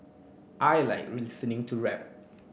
I like listening to rap